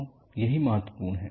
तो यही महत्वपूर्ण है